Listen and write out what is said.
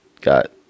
got